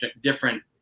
different